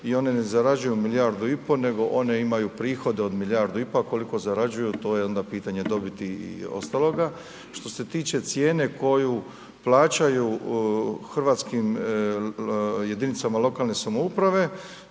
i one ne zarađuju milijardu i pol, nego one imaju prihode od milijardu i pol a koliko zarađuju, to je onda pitanje dobiti i ostaloga. Što se tiče cijene koju plaćaju hrvatskih jedinicama lokalne samouprave,